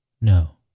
No